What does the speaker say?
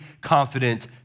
confident